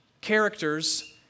characters